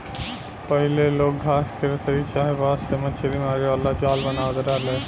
पहिले लोग घास के रसरी चाहे बांस से मछरी मारे वाला जाल बनावत रहले